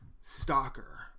Stalker